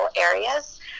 areas